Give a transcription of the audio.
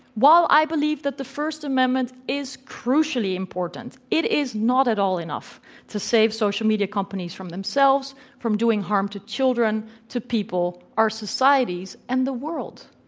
while i believe that the first amendment is crucially important, it is not at all enough to save social media companies from themselves from doing harm to children, to people, to societies, and the world.